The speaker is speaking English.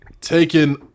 taking